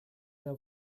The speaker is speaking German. der